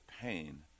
pain